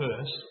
first